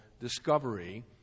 discovery